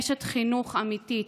אשת חינוך אמיתית.